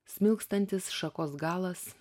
smilkstantis šakos galas